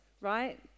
right